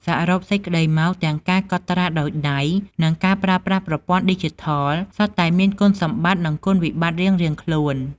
សរុបសេចក្តីមក ទាំងការកត់ត្រាដោយដៃ និងការប្រើប្រាស់ប្រព័ន្ធឌីជីថល សុទ្ធតែមានគុណសម្បត្តិ និងគុណវិបត្តិរៀងៗខ្លួន។